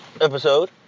episode